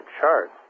charts